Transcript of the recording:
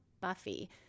Buffy